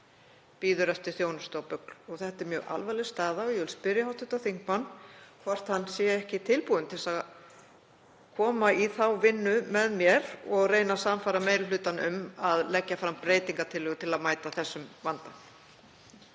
beið eftir þjónustu á BUGL. Þetta er mjög alvarleg staða. Ég vil spyrja hv. þingmann hvort hann sé ekki tilbúinn til þess að koma í þá vinnu með mér að reyna að sannfæra meiri hlutann um að leggja fram breytingartillögu til að mæta þeim vanda.